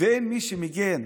ושאין מי שמגן,